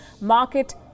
market